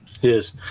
Yes